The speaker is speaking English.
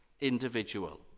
individual